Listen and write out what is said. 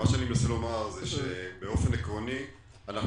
מה שאני מנסה לומר זה שבאופן עקרוני אנחנו